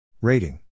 Rating